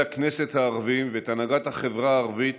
הכנסת הערבים ואת הנהגת החברה הערבית